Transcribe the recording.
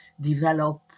develop